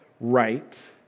right